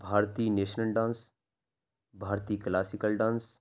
بھارتی national dance بھارتی classical dance